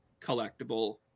collectible